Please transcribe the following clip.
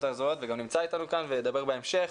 האזוריות וגם נמצא איתנו כאן וידבר בהמשך,